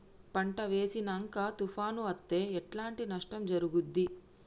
పంట వేసినంక తుఫాను అత్తే ఎట్లాంటి నష్టం జరుగుద్ది?